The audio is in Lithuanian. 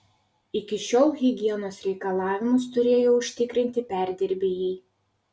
iki šiol higienos reikalavimus turėjo užtikrinti perdirbėjai